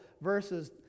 verses